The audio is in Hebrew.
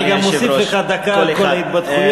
אני גם אוסיף לך דקה על כל ההתבדחויות.